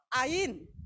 Ain